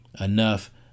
enough